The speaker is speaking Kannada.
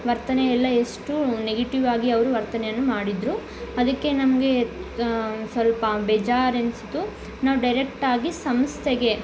ವರ್ತನೆ ಎಲ್ಲ ಎಷ್ಟು ನೆಗೆಟಿವ್ ಆಗಿ ಅವರು ವರ್ತನೆಯನ್ನು ಮಾಡಿದರು ಅದಕ್ಕೆ ನಮಗೆ ಸ್ವಲ್ಪ ಬೇಜಾರು ಎನಿಸಿತು ನಾವು ಡೈರೆಕ್ಟ್ ಆಗಿ ಸಂಸ್ಥೆಗೆ